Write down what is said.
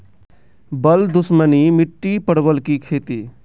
बल दुश्मनी मिट्टी परवल की खेती?